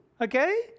okay